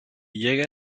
llega